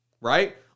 right